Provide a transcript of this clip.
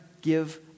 give